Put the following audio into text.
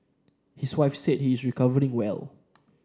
his wife said he is recovering well